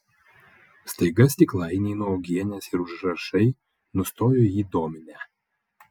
staiga stiklainiai nuo uogienės ir užrašai nustojo jį dominę